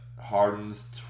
Harden's